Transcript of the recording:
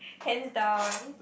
hands down